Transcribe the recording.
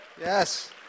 Yes